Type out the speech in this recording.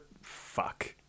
fuck